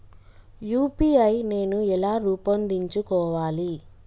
UPI నేను ఎలా రూపొందించుకోవాలి?